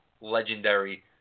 legendary